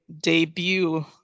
debut